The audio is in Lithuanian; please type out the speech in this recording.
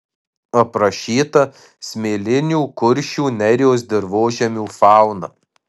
aprašyta smėlinių kuršių nerijos dirvožemių fauna